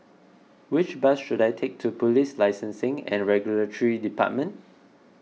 which bus should I take to Police Licensing and Regulatory Department